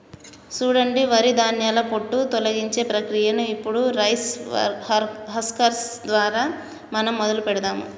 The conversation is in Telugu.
సూడండి వరి ధాన్యాల పొట్టు తొలగించే ప్రక్రియను ఇప్పుడు రైస్ హస్కర్ దారా మనం మొదలు పెడదాము